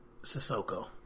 Sissoko